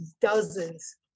dozens